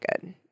good